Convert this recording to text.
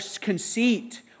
conceit